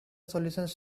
solutions